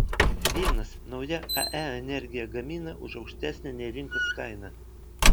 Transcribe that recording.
vienas nauja ae energiją gamina už aukštesnę nei rinkos kaina